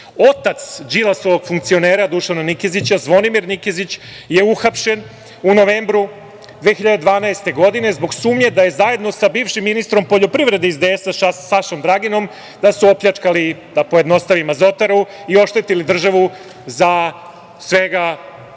Otac Đilasovog funkcionera Dušana Nikezića, Zvonimir Nikezić je uhapšen u novembru 2012. godine zbog sumnje da je zajedno sa bivšim ministrom poljoprivrede iz DS-a Sašom Draginom, opljačkali, da pojednostavim azotaru i oštetili državu za svega